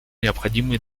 необходимый